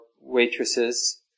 waitresses